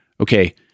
okay